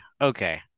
Okay